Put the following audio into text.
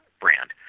brand